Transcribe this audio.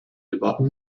debatten